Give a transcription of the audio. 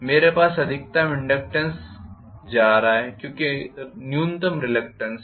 मेरे पास अधिकतम इनडक्टेन्स जा रहा है क्योंकि न्यूनतम रिलक्टेन्स है